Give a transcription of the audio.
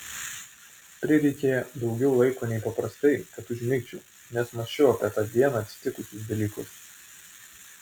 prireikė daugiau laiko nei paprastai kad užmigčiau nes mąsčiau apie tą dieną atsitikusius dalykus